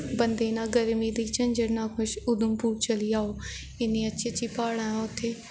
बंदा गी ना गर्मी दा झंजड़ ना कुछ उधमपुर चली जाओ इन्नी अच्छी अच्छी प्हाड़ियां न उत्थै